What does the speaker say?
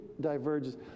diverges